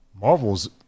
Marvel's